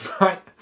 right